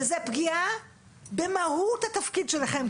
זו פגיעה במהות התפקיד שלכם,